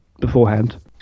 beforehand